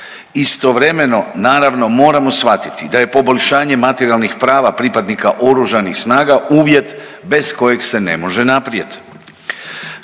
Istovremeno naravno moramo shvatiti da je poboljšanje materijalnih prava pripadnika Oružanih snaga uvjet bez kojeg se ne može naprijed.